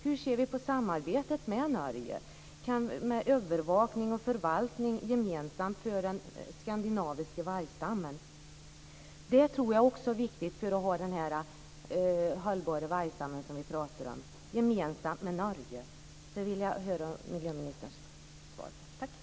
Hur ser ministern på samarbetet med Norge i fråga om övervakning och förvaltning gemensamt för den skandinaviska vargstammen? Jag tror också att det är viktigt att ha den hållbara vargstam som vi pratar om gemensamt med Norge. Jag vill höra miljöministerns svar på det.